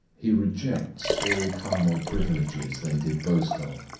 he rejects all carnal privileges they did boast of.